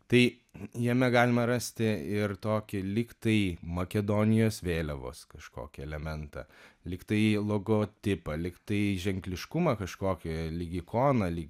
tai jame galima rasti ir tokį lygtai makedonijos vėliavos kažkokį elementą lygtai logotipą lygtai ženkliškumą kažkokį lyg ikoną lyg